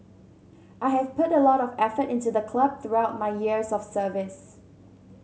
I have put a lot of effort into the club throughout my years of service